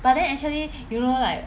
but then actually you know like